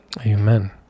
Amen